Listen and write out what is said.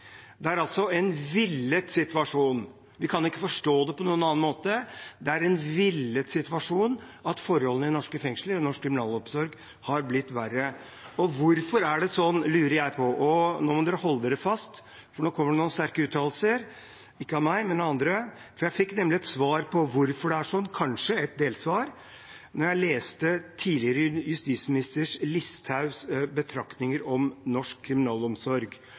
Det er altså en villet situasjon. Vi kan ikke forstå det på noen annen måte. Det er en villet situasjon at forholdene i norske fengsler og norsk kriminalomsorg har blitt verre. Hvorfor er det slik, lurer jeg på. Og nå må en holde seg fast, for nå kommer det noen sterke uttalelser – ikke fra meg, men fra noen andre. Jeg fikk nemlig svar på hvorfor det er slik, kanskje et delsvar, da jeg leste tidligere justisminister Listhaugs betraktninger om norsk kriminalomsorg.